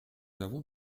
avons